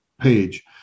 page